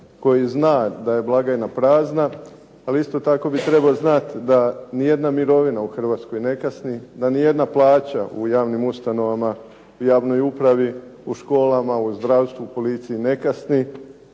koji zna da je blagajna prazna, ali isto tako bi trebao znati da nijedna mirovina u Hrvatskoj ne kasni, da nijedna plaća u javnim ustanovama, javnoj upravi, u školama, u zdravstvu, u policiji ne kasni,